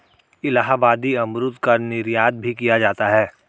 इलाहाबादी अमरूद का निर्यात भी किया जाता है